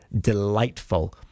delightful